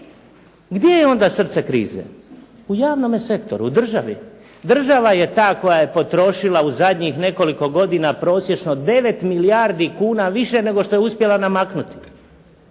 Gdje je onda srce krize? U javnome sektoru, u državi. Država je ta koja je potrošila u zadnjih nekoliko godina prosječno 9 milijardi kuna više nego što je uspjela namaknuti.